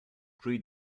pre